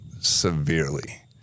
severely